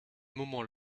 moment